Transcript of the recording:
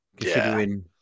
Considering